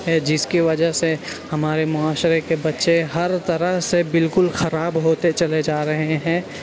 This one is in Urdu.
جس کی وجہ ہمارے معاشرے کے بچے ہر طرح سے بالکل خراب ہوتے چلے جا رہے ہیں